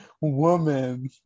woman